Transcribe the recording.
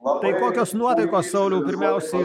o kokios nuotaikos sauliau pirmiausiai